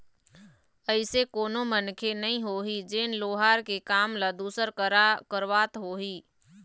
अइसे कोनो मनखे नइ होही जेन लोहार के काम ल दूसर करा करवात होही